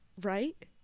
Right